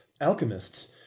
Alchemists